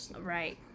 right